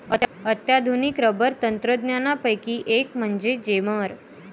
अत्याधुनिक रबर तंत्रज्ञानापैकी एक म्हणजे जेमर